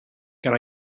can